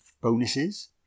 bonuses